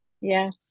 yes